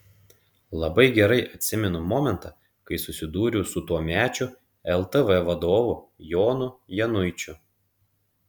labai gerai atsimenu momentą kai susidūriau su tuomečiu ltv vadovu jonu januičiu